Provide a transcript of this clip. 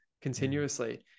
continuously